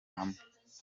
hamwe